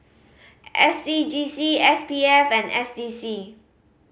S C G C S P F and S D C